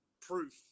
proof